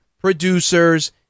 producers